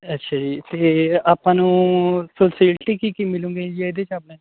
ਅੱਛਾ ਜੀ ਅਤੇ ਆਪਾਂ ਨੂੰ ਫੈਸੀਲਟੀ ਕੀ ਕੀ ਮਿਲੇਗੀ ਜੀ ਇਹਦੇ 'ਚ ਆਪਣੇ